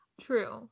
True